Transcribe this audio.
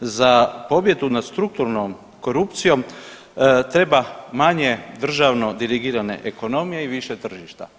Za pobjedu nad strukturnom korupcijom treba manje državno dirigirane ekonomije i više tržišta.